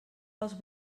pels